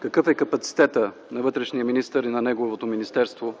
какъв е капацитетът на вътрешния министър и неговото министерство